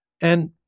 And-